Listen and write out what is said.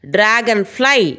Dragonfly